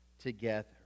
together